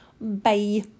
Bye